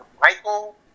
Michael